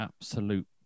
absolute